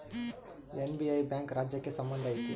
SBI bank ರಾಜ್ಯಕ್ಕೆ ಸಂಬಂಧ ಐತಿ